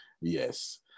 yes